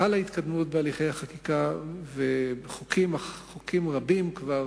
חלה התקדמות בהליכי החקיקה וחוקים רבים כבר